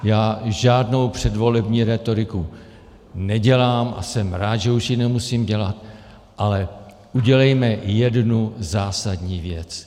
Já žádnou předvolební rétoriku nedělám a jsem rád, že už ji nemusím dělat, ale udělejme jednu zásadní věc.